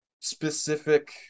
specific